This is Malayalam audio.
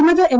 വിമത എം